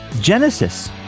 Genesis